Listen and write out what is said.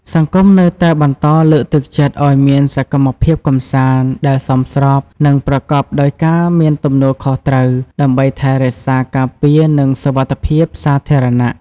សង្គមនៅតែបន្តលើកទឹកចិត្តឲ្យមានសកម្មភាពកម្សាន្តដែលសមស្រប និងប្រកបដោយការមានទំនួលខុសត្រូវ ដើម្បីថែរក្សាការពារ និងសុវត្ថិភាពសាធារណៈ។